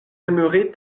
aimerez